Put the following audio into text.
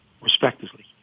respectively